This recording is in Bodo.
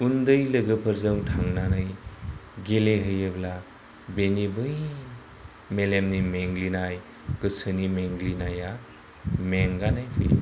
उन्दै लोगोफोरजों थांनानै गेलेहैयोब्ला बेनि बै मेलेमनि मेंग्लिनाय गोसोनि मेंग्लिनाया मेंगानाय फैयो